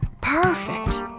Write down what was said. Perfect